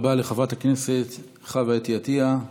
תודה רבה לחברת הכנסת חוה אתי עטייה.